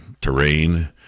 terrain